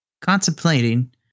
contemplating